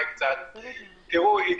אי